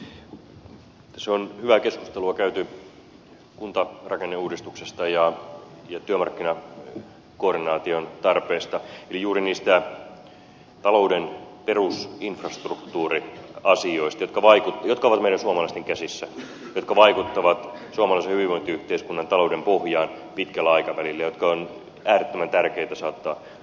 tässä on hyvää keskustelua käyty kuntarakenneuudistuksesta ja työmarkkinakoordinaation tarpeesta eli juuri niistä talouden perusinfrastruktuuriasioista jotka ovat meidän suomalaisten käsissä jotka vaikuttavat suomalaisen hyvinvointiyhteiskunnan talouden pohjaan pitkällä aikavälillä jotka on äärettömän tärkeä saattaa voimaan